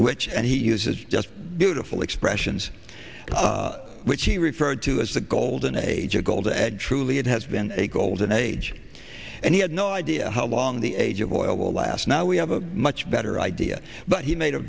which and he uses just beautiful expressions which he referred to as the golden age of gold and truly it has been a golden age and he had no idea how long the age of oil will last now we have a much better idea but he made a